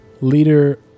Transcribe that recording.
leader